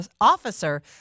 officer